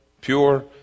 pure